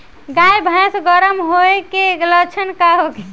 गाय भैंस गर्म होय के लक्षण का होखे?